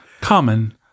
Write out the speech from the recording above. common